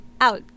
Out